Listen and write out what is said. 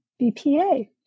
BPA